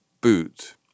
boot